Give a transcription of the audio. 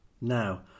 now